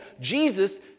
Jesus